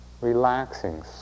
Relaxing